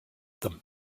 them